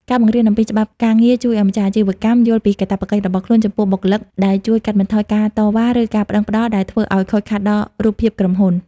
ការបង្រៀនអំពីច្បាប់ការងារជួយឱ្យម្ចាស់អាជីវកម្មយល់ពីកាតព្វកិច្ចរបស់ខ្លួនចំពោះបុគ្គលិក ដែលជួយកាត់បន្ថយការតវ៉ា ឬការប្ដឹងផ្ដល់ដែលធ្វើឱ្យខូចខាតដល់រូបភាពក្រុមហ៊ុន។